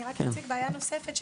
אני רק אציג בעיה נוספת,